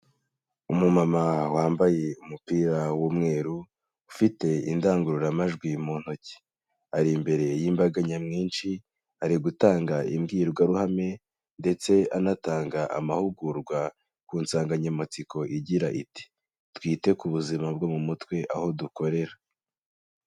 Umumama wambaye umupira w'umweru, ufite indangururamajwi mu ntoki, ari imbere y'imbaga nyamwinshi, ari gutanga imbwirwaruhame ndetse anatanga amahugurwa ku nsanganyamatsiko igira iti''Twite ku buzima bwo mu mutwe aho dukorera.''